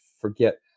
forget